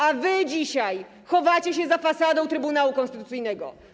A wy dzisiaj chowacie się za fasadą Trybunału Konstytucyjnego.